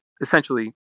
essentially